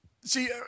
See